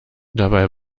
dabei